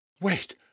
Wait